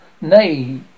Nay